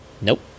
Nope